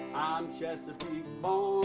chesapeake